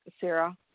Sarah